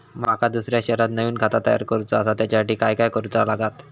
माका दुसऱ्या शहरात नवीन खाता तयार करूचा असा त्याच्यासाठी काय काय करू चा लागात?